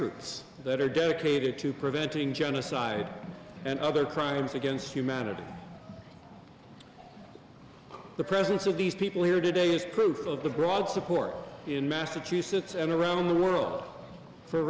groups that are dedicated to preventing genocide and other crimes against humanity the presence of these people here today is proof of the broad support in massachusetts and around the world for